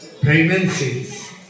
pregnancies